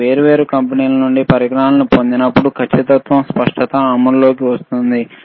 మీరు వేర్వేరు కంపెనీల నుండి పరికరాలను పొందినప్పుడు ఖచ్చితత్వం స్పష్టత అమలులోకి వస్తుంది